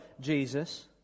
Jesus